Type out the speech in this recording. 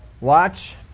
watch